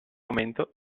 momento